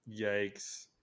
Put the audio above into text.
yikes